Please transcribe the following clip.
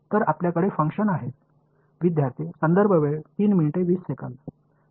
तर आपल्याकडे फंक्शन आहेत